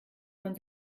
man